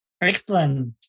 Excellent